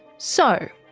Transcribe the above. so.